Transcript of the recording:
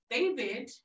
David